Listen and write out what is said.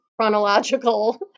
chronological